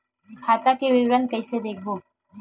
खाता के विवरण कइसे देखबो?